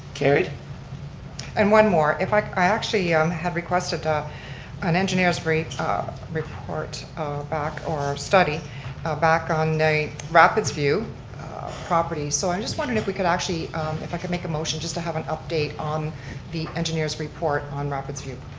carried and one more i i actually yeah um had requested an engineer's brief report back or study ah back on a rapids view property. so i just wondered if we could actually if i could make a motion just to have an update on the engineer's report on rapids view.